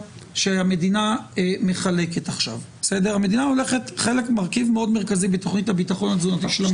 המדינה לוקחת מרכיב מאוד מרכזי בתכנית הביטחון התזונתי של הממשלה,